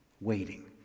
waiting